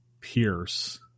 Pierce